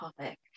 topic